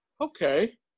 okay